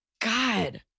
God